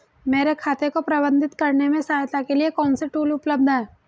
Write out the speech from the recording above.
मेरे खाते को प्रबंधित करने में सहायता के लिए कौन से टूल उपलब्ध हैं?